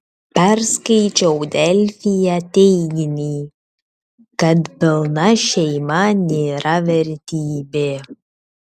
perskaičiau delfyje teiginį kad pilna šeima nėra vertybė